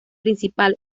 principal